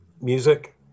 music